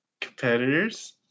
competitors